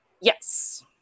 Yes